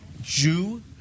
Jew